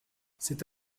c’est